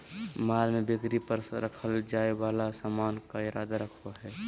माल में बिक्री पर रखल जाय वाला सामान के इरादा रखो हइ